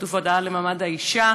בשיתוף הוועדה לקידום מעמד האישה,